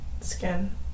Skin